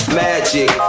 magic